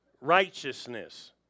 Righteousness